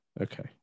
Okay